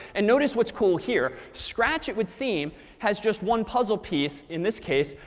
and notice what's cool here scratch, it would seem has just one puzzle piece, in this case,